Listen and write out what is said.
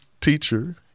teacher